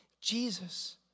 Jesus